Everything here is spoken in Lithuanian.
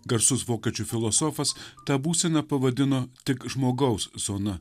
garsus vokiečių filosofas tą būseną pavadino tik žmogaus zona